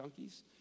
junkies